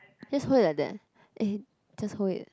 just hold it like that eh just hold it